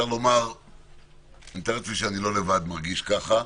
מתאר לעצמי שאני לא לבד מרגיש ככה.